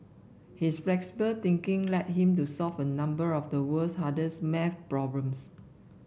his flexible thinking led him to solve a number of the world's hardest maths problems